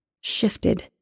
shifted